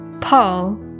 Paul